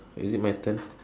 is it my turn